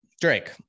Drake